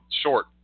short